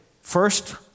first